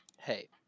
Hey